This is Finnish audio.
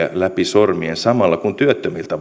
läpi sormien samalla kun työttömiltä